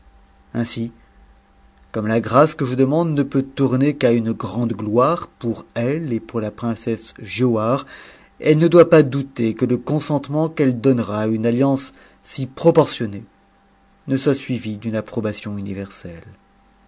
ainsi comme la grâce que je demande ne peut tourner qu'à une grande gloire pour elle et pour la princesse giaubare elle ne doit pas douter que le consentement qu'elle donnera a une alliance si proportionnée ne soit suivi d'une approbation muverselle